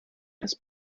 das